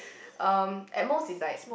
um at most it's like